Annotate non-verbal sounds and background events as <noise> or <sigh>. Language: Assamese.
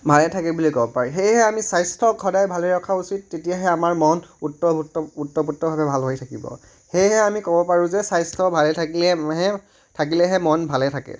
ভালে থাকে বুলি ক'ব পাৰি সেয়েহে আমি স্বাস্থ্যক সদায় ভালে ৰখা উচিত তেতিয়াহে আমাৰ মন <unintelligible> ভাল হৈ থাকিব সেয়েহে আমি ক'ব পাৰোঁ যে স্বাস্থ্য ভালে থাকিলেহে থাকিলেহে মন ভালে থাকে